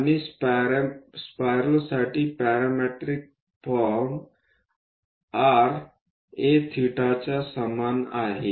आणि स्पायरल्स साठी parametric form r a theta च्या समान आहे